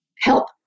help